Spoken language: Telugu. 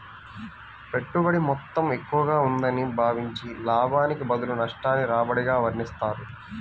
పెట్టుబడి మొత్తం ఎక్కువగా ఉందని భావించి, లాభానికి బదులు నష్టాన్ని రాబడిగా వర్ణిస్తారు